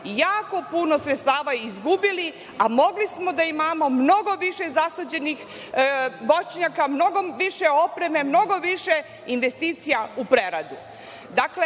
jako puno sredstava izgubili, a mogli smo da imamo mnogo više zasađenih voćnjaka, mnogo više opreme, mnogo više investicija u preradi. Dakle,